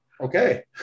Okay